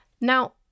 Now